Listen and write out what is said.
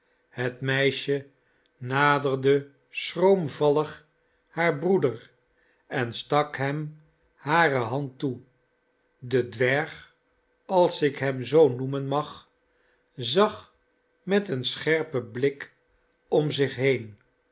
het meisje naderde schroomvallig haar broeder en stak hem hare hand toe de dwerg als ik hem zoo noemen mag zag met een scherpen blik om zich heen